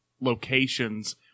locations